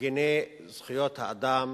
מגיני זכויות האדם